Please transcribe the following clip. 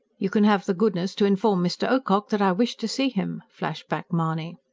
you can have the goodness to inform mr. ocock that i wish to see him! flashed back mahony.